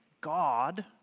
God